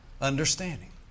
understanding